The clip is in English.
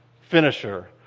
finisher